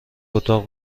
اتاق